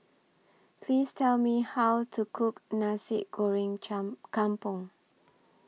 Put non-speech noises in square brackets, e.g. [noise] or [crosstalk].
Please Tell Me How to Cook Nasi Goreng [unintelligible] Kampung